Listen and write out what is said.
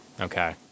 Okay